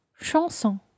chanson